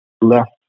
left